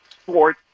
sport